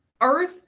earth